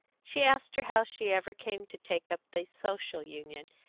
she asked her how she ever came to take up the social union,